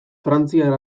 frantziar